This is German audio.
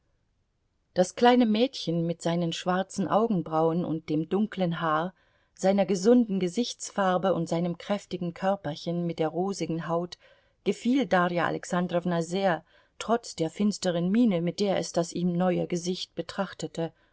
das kleine mädchen mit seinen schwarzen augenbrauen und dem dunklen haar seiner gesunden gesichtsfarbe und seinem kräftigen körperchen mit der rosigen haut gefiel darja alexandrowna sehr trotz der finsteren miene mit der es das ihm neue gesicht betrachtete